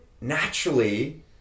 naturally